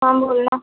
हां बोला